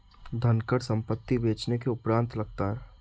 धनकर संपत्ति बेचने के उपरांत लगता है